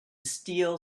steel